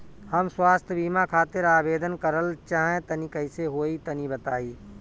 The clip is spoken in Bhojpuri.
हम स्वास्थ बीमा खातिर आवेदन करल चाह तानि कइसे होई तनि बताईं?